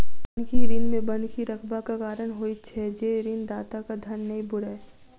बन्हकी ऋण मे बन्हकी रखबाक कारण होइत छै जे ऋणदाताक धन नै बूड़य